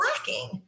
lacking